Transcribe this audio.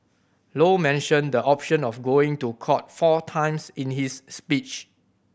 low mentioned the option of going to court four times in his speech